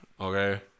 Okay